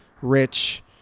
rich